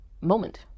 moment